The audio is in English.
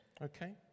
Okay